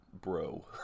bro